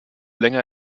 länger